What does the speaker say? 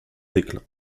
déclin